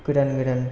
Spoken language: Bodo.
गोदान गोदान